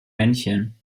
männchen